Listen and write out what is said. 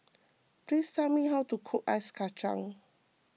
please tell me how to cook Ice Kachang